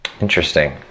Interesting